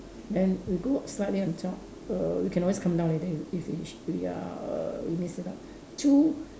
then we go slightly on top err we can always come down later if if finish we are err we miss it out two